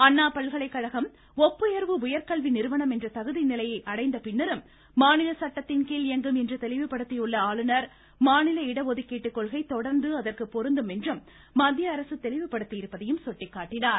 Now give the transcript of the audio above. அண்ணா பல்கலைக்கழகம் தகுதிநிலையை அடைந்த பின்னரும் மாநில சட்டத்தின் கீழ் இயங்கும் என்று தெளிவுபடுத்தியுள்ள ஆளுநா் மாநில இடஒதுக்கீட்டு கொள்கை தொடா்ந்து அதற்கு பொருந்தும் என்றும் மத்திய அரசு தெளிவுபடுத்தியிருப்பதையும் சுட்டிக்காட்டினார்